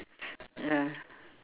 ya